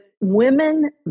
women